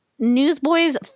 Newsboys